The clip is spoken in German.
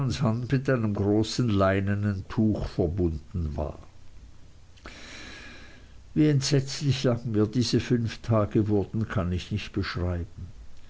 mit einem großen leinenen tuch verbunden war wie entsetzlich lang mir diese fünf tage wurden kann ich nicht beschreiben